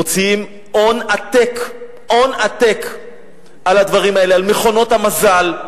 מוציאים הון עתק על הדברים האלה, על מכונות המזל,